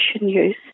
use